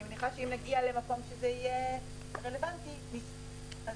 אם נגיע למצב שזה יהיה רלוונטי --- רבותיי,